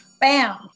Bam